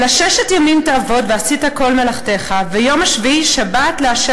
אלא "ששת ימים תעבד ועשית כל מלאכתך ויום השביעי שבת לה'